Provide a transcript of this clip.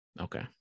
Okay